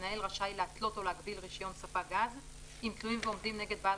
המנהל רשאי להתלות או להגביל רישיון ספק גז אם תלויים ועומדים נגד בעל